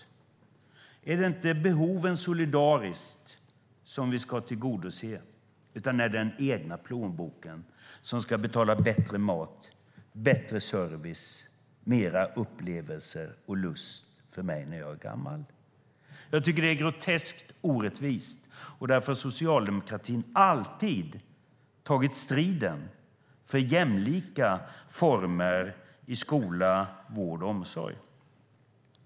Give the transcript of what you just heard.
Ska vi inte tillgodose behoven solidariskt, utan är det den egna plånboken som ska betala bättre mat, bättre service, mer upplevelser och lust för mig som gammal? Det är groteskt orättvist. Därför har socialdemokratin alltid tagit striden för jämlika former i skola, vård och omsorg.